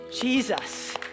Jesus